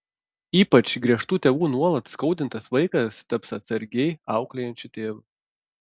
ypač griežtų tėvų nuolat skaudintas vaikas taps atsargiai auklėjančiu tėvu